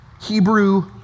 Hebrew